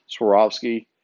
Swarovski